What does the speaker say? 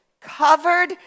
covered